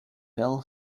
bell